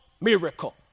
miracle